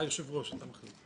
אתה היושב-ראש, אתה מחליט.